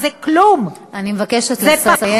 זה כלום אני מבקשת לסיים.